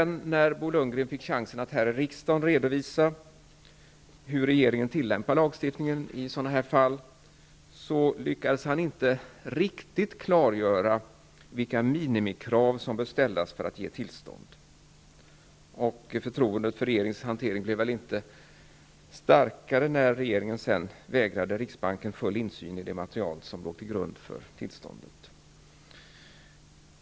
När Bo Lundgren fick chansen att här i riksdagen redovisa hur regeringen tillämpar lagstiftningen i sådana här fall lyckades han inte riktigt klargöra vilka minimikrav som bör ställas när det gäller att ge tillstånd. Förtroendet för regeringens hantering blev väl heller inte starkare när regeringen sedan vägrade riksbanken full insyn i det material som låg till grund för tillståndet.